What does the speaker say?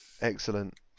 excellent